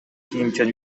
кийимчен